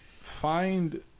find